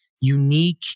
unique